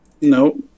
No